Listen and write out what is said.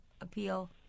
appeal